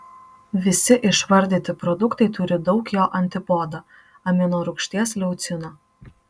visi išvardyti produktai turi daug jo antipodo aminorūgšties leucino